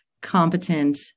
competent